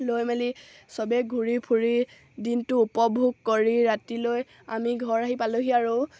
লৈ মেলি সবেই ঘূৰি ফুৰি দিনটো উপভোগ কৰি ৰাতিলৈ আমি ঘৰ আহি পালোহি আৰু